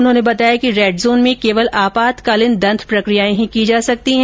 उन्होंने बताया कि रेड जोन में केवल आपातकालीन दंत प्रक्रियाएं ही की जा सकती हैं